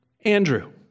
Andrew